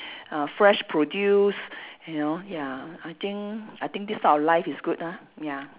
ah fresh produce you know ya I think I think this sort of life is good ah ya